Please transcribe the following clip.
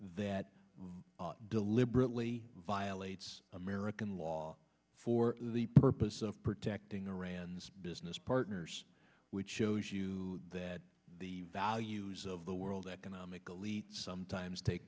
that deliberately violates american law for the purpose of protecting iran's business partners which shows you that the values of the world economic elite sometimes take